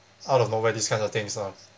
out of nowhere these kind of things ah